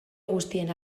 guztien